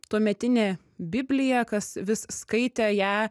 tuometinė biblija kas vis skaitė ją